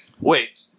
Wait